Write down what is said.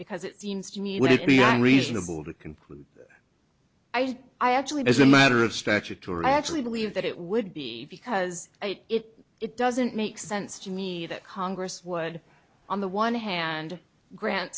because it seems to me it would be reasonable to conclude i actually there's a matter of statutory i actually believe that it would be because it it doesn't make sense to me that congress would on the one hand grant